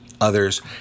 others